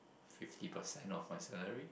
fifty percent of my salary